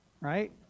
right